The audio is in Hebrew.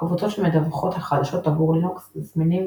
קבוצות שמדווחות על חדשות עבור לינוקס זמינים